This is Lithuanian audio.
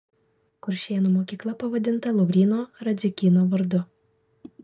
kuršėnų mokykla pavadinta lauryno radziukyno vardu